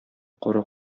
кара